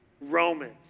Romans